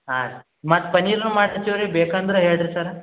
ಹಾಂ ಮತ್ತು ಪನ್ನಿರ್ನು ಮಾಡ್ಕಳ್ತೀವಿ ರೀ ಬೇಕಂದ್ರಾ ಹೇಳ್ರಿ ಸರ್